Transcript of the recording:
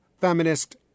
feminist